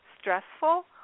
stressful